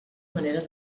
manera